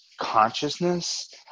consciousness